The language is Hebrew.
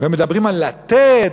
הם מדברים על לתת.